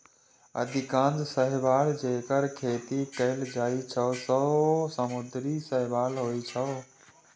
अधिकांश शैवाल, जेकर खेती कैल जाइ छै, ओ समुद्री शैवाल होइ छै